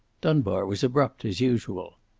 dunbar was abrupt, as usual.